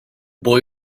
boy